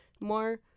more